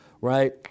right